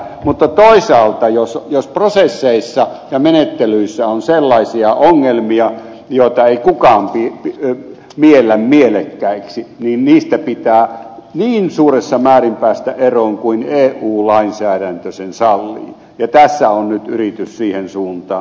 mutta toisaalta jos prosesseissa ja menettelyissä on sellaisia ongelmia joita ei kukaan miellä mielekkäiksi niin niistä pitää niin suuressa määrin päästä eroon kuin eu lainsäädäntö sen sallii ja tässä on nyt yritys siihen suuntaan